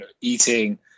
eating